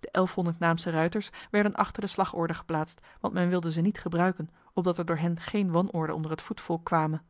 de elfhonderd naamse ruiters werden achter de slagorde geplaatst want men wilde ze niet gebruiken opdat er door hen geen wanorde onder het voetvolk kwame